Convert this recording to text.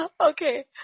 Okay